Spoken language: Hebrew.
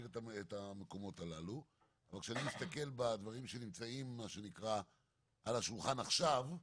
והמקומות הללו אבל כשאני מסתכל על הדברים שנמצאים על השולחן עכשיו,